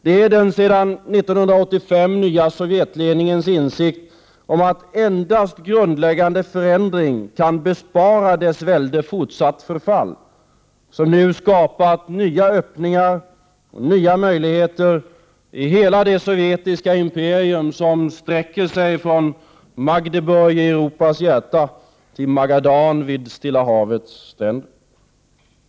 Det är den sedan 1985 nya Sovjetledningens insikt om att endast grundläggande förändringar kan bespara dess välde ett fortsatt förfall som nu har skapat nya öppningar i hela det sovjetiska imperium som sträcker sig från Magdeburg i Europas hjärta till Magadan vid Stilla havets stränder.